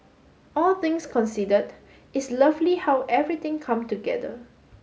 all things considered it's lovely how everything come together